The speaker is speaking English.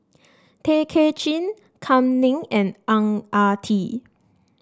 Tay Kay Chin Kam Ning and Ang Ah Tee